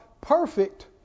Perfect